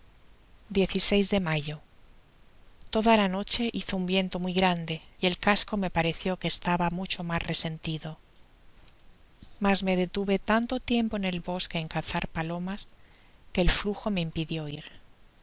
de mayo toda la noche hizo un viento muy grande y el casco me pareció que estaba mucho mas resentido mas me detuve tanto tiempo en el bosque en cazar palomas que el flujo me impidio ir